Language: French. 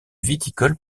viticole